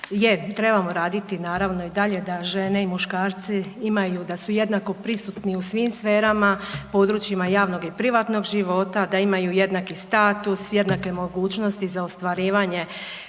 trebamo raditi naravno i dalje da žene i muškarci imaju da su jednako pristupni u svim sferema područjima javnog i privatnog života, da imaju jednaki status, jednake mogućnosti za ostvarivanje